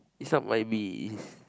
is not might be is